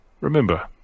Remember